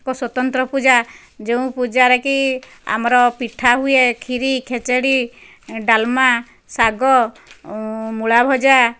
ଏକ ସ୍ୱତନ୍ତ୍ର ପୂଜା ଯେଉଁ ପୂଜାରେ କି ଆମର ପିଠା ହୁଏ ଖିରି ଖେଚେଡ଼ି ଡାଲମା ଶାଗ ମୂଳା ଭଜା